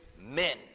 men